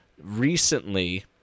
Recently